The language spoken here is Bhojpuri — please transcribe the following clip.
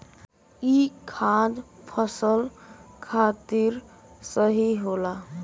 ई खाद फसल खातिर सही होला